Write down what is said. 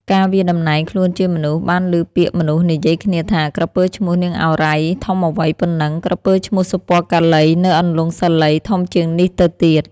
កាលវាតំណែងខ្លួនជាមនុស្ស បានឮពាក្យមនុស្សនិយាយគ្នាថា " ក្រពើឈ្មោះ នាងឱរ៉ៃ ធំអ្វីប៉ុណ្ណឹង ក្រពើឈ្មោះ សុពណ៌កាឡី នៅអន្លង់ សាលី ធំជាងនេះទៅទៀត " ។